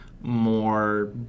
more